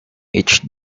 each